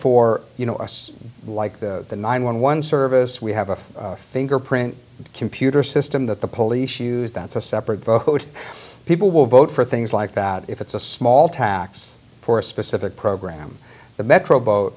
for you know us like the the nine one one service we have a fingerprint computer system that the police use that's a separate vote people will vote for things like that if it's a small tax for a specific program the metro boat